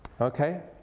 Okay